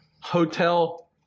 Hotel